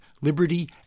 liberty